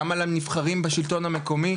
גם על הנבחרים בשלטון המקומי,